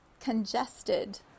congested